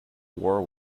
war